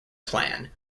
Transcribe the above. plan